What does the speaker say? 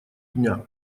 дня